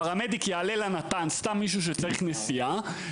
הפרמדיק יעלה לנט"ן סתם מישהו שצריך נסיעה,